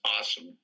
awesome